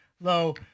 Low